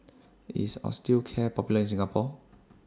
IS Osteocare Popular in Singapore